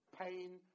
pain